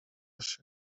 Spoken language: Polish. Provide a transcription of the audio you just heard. się